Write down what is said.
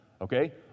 Okay